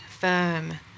firm